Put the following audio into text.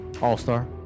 All-star